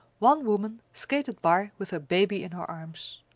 one woman skated by with her baby in her arms.